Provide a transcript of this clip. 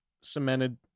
cemented